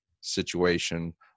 situation